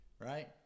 right